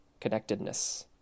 connectedness